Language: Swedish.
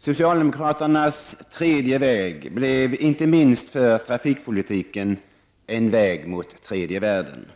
Socialdemokraternas tredje väg blev inte minst för trafikpolitiken en väg mot tredje världen: